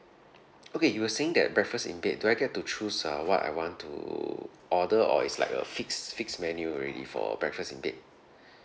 okay you were saying that breakfast in bed do I get to choose uh what I want to order or it's like a fixed fixed menu already for breakfast in bed